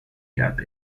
cap